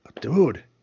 dude